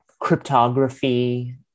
cryptography